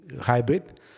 hybrid